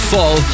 Fall